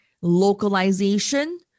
localization